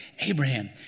Abraham